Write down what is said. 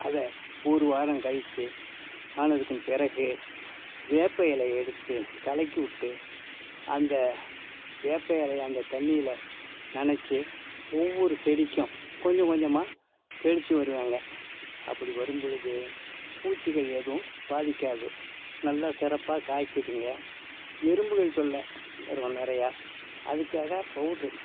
அதை ஒரு வாரம் கழிச்சு ஆனதுக்கும் பிறகு வேப்பை இலைய எடுத்து கலக்கிவுட்டு அந்த வேப்பை இலைய அந்த தண்ணியில் நினச்சி ஒவ்வொரு செடிக்கும் கொஞ்சகொஞ்சமாக தெளிச்சு வருவங்க அப்படி வரும்பொழுது பூச்சிகள் எதுவும் பாதிக்காது நல்ல சிறப்பா காய்கிதுங்க எறும்புகள் தொல்லை வரும் நிறையா அதுக்காக பவுட்ரு